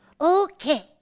Okay